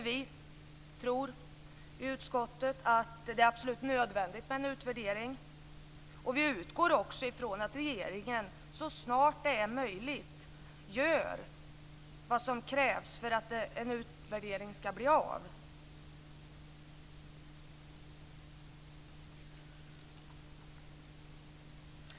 Vi i utskottet tror att det är absolut nödvändigt med en utvärdering. Vi utgår också ifrån att regeringen gör vad som krävs för att en utvärdering skall bli av så snart som möjligt.